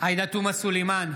עאידה תומא סלימאן,